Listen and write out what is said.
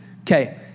Okay